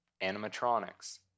animatronics